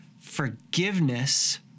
forgiveness